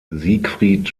siegfried